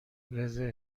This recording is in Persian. رزرو